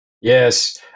Yes